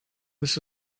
this